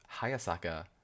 Hayasaka